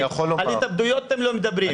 על התאבדויות אתם לא מדברים,